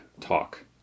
talk